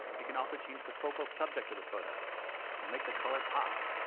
you can also change the focal subject of the photo or make the color pop.